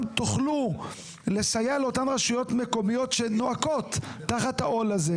תוכלו לסייע לאותן רשויות מקומיות שנואקות תחת העול הזה,